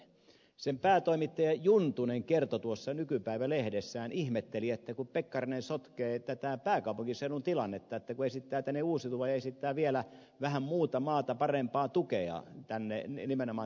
sen päätoimittaja juntunen kertoi tuossa nykypäivä lehdessään ihmetteli että kun pekkarinen sotkee tätä pääkaupunkiseudun tilannetta että kun esittää tänne uusiutuvaa ja esittää vielä vähän muuta maata parempaa tukea nimenomaan tälle kivihiilialueelle